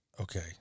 okay